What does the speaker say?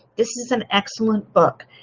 this is an excellent book.